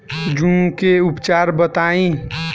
जूं के उपचार बताई?